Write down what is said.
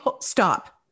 stop